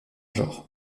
genre